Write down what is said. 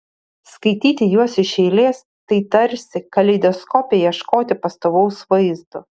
skaityti juos iš eilės tai tarsi kaleidoskope ieškoti pastovaus vaizdo